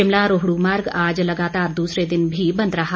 शिमला रोहड् मार्ग आज लगातार दूसरे दिन भी बंद रहा